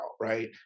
right